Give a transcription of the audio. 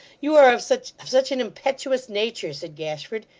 you are of such of such an impetuous nature said gashford,